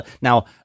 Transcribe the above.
Now